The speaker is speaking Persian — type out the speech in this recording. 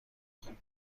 خوب